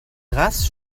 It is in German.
rast